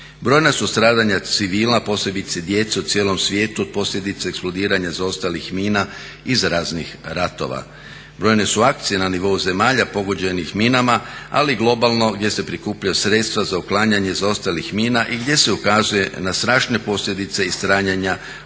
Brojna su stradanja civila posebice djece u cijelom svijetu od posljedica eksplodiranja zaostalih mina iz raznih rtova. Brojne su akcije na nivou zemalja pogođenih minama, ali i globalno gdje se prikupljaju sredstva za uklanjanje zaostalih mina i gdje se ukazuje na strašne posljedice i stradanja